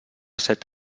set